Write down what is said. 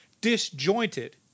disjointed